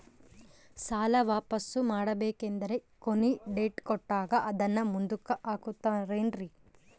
ಸಾಲ ವಾಪಾಸ್ಸು ಮಾಡಬೇಕಂದರೆ ಕೊನಿ ಡೇಟ್ ಕೊಟ್ಟಾರ ಅದನ್ನು ಮುಂದುಕ್ಕ ಹಾಕುತ್ತಾರೇನ್ರಿ?